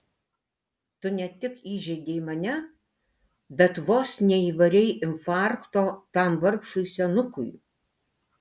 tu ne tik įžeidei mane bet vos neįvarei infarkto tam vargšui senukui